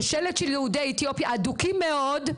שושלת של יהודי אתיופיה אדוקים מאוד,